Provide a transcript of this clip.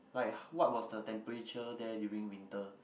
like what was the temperature there during winter